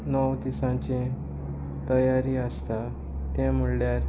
णव दिसांचे तयारी आसता तें म्हूणल्यार